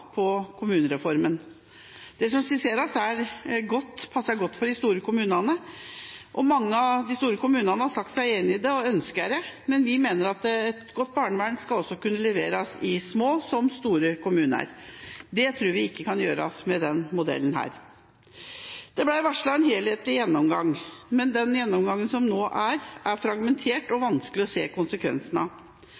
på kommunereformen. Det som skisseres, passer godt for de store kommunene, noe mange av de store kommunene har sagt seg enig i og ønsker, men vi mener at et godt barnevern også skal kunne leveres i små og store kommuner. Det tror vi ikke kan gjøres med denne modellen. Det ble varslet en helhetlig gjennomgang, men den gjennomgangen som nå er gitt, er fragmentert, og